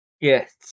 Yes